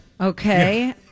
Okay